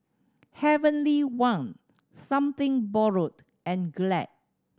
Heavenly Wang Something Borrowed and Glad